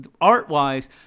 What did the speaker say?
art-wise